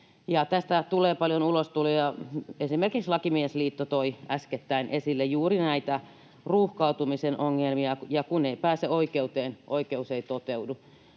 tästä tulee paljon ulostuloja, esimerkiksi Lakimiesliitto toi äskettäin esille juuri näitä ruuhkautumisen ongelmia, ja kun ei pääse oikeuteen, oikeus ei toteudu.